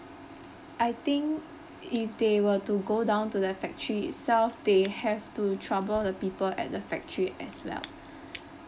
I think if they were to go down to the factory itself they have to trouble the people at the factory as well